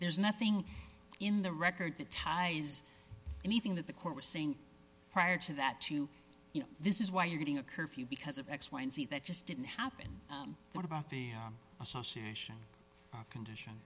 there's nothing in the record that ties anything that the court was saying prior to that to you know this is why you're getting a curfew because of x y and z that just didn't happen what about the association condition